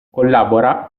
collabora